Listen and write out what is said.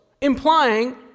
implying